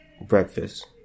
breakfast